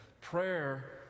Prayer